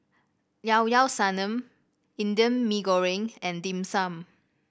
Llao Llao Sanum Indian Mee Goreng and Dim Sum